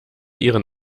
ihren